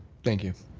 thank you.